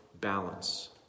balance